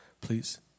please